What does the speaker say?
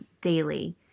daily